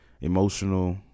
emotional